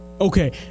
Okay